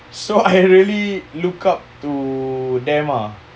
so I really look up to them ah